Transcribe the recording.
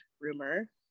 rumor